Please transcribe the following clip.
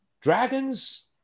Dragons